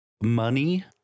money